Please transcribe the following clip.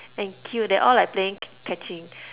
and cute they all like playing catching